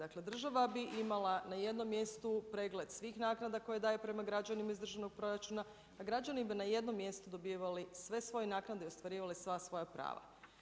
Dakle država bi imala na jednom mjestu pregled svih naknada koje daje prema građanima iz državnog proračuna, građani bi na jednom mjestu dobivali sve svoje naknade i ostvarivali sva svoja prava.